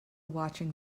watching